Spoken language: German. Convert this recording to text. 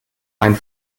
ein